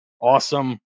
awesome